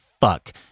fuck